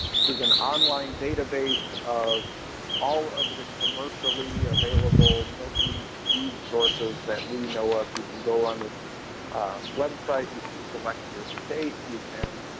this is an online database of all of the commercially available milkweed seed sources that we know of. you can go on the website, you can select your state, you can